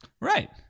Right